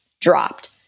dropped